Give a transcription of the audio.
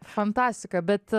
fantastika bet